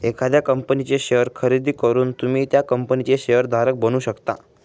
एखाद्या कंपनीचे शेअर खरेदी करून तुम्ही त्या कंपनीचे शेअर धारक बनू शकता